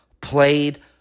played